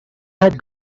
had